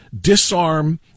disarm